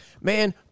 man